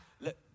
let